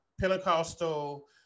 Pentecostal